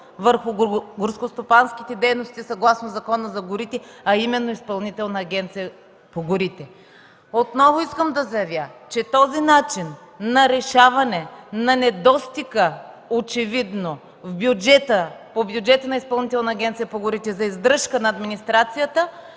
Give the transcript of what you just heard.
върху горскостопанските дейности съгласно Закона за горите, а именно Изпълнителната агенция по горите. Отново искам да заявя, че този начин на решаване на недостига в бюджета на Изпълнителната агенция по горите за издръжка на администрацията